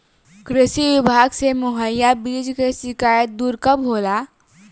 कृषि विभाग से मुहैया बीज के शिकायत दुर कब होला?